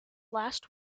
last